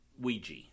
Ouija